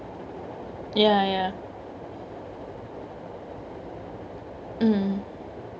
ya ya mm